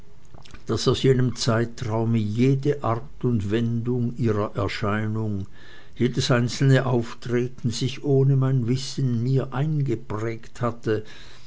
daß aus jenem ganzen zeitraume jede art und wendung ihrer erscheinung jedes einzelne auftreten sich ohne mein wissen mir eingeprägt hatte